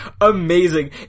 amazing